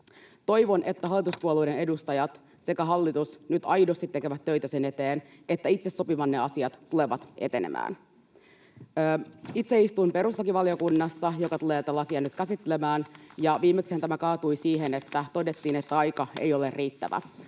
Toivon, että hallituspuolueiden edustajat sekä hallitus nyt aidosti tekevät töitä sen eteen, että itse sopimanne asiat tulevat etenemään. Itse istun perustuslakivaliokunnassa, joka tulee tätä lakia nyt käsittelemään, ja viimeksihän tämä kaatui siihen, että todettiin, että aika ei ole riittävä.